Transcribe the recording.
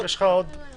יש לאפשר פתיחה.